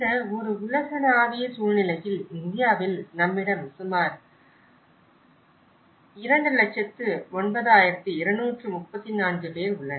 இந்த ஒரு உலகளாவிய சூழ்நிலையில் இந்தியாவில் நம்மிடம் சுமார் 209234 பேர் உள்ளனர்